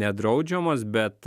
nedraudžiamos bet